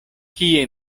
kie